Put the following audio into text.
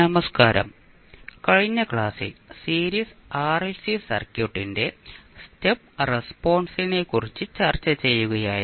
നമസ്കാരം കഴിഞ്ഞ ക്ലാസ്സിൽ സീരീസ് ആർഎൽസി സർക്യൂട്ടിന്റെ സ്റ്റെപ്പ് റെസ്പോൺസിനെക്കുറിച്ച് ചർച്ച ചെയ്യുകയായിരുന്നു